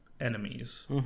enemies